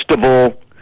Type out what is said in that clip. festival